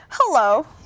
Hello